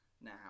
now